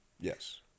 Yes